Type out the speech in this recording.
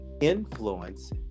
influence